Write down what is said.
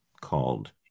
called